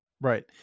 Right